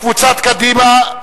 קבוצת קדימה,